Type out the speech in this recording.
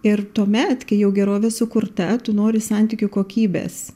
ir tuomet kai jau gerovė sukurta tu nori santykių kokybės